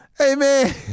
Amen